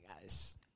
guys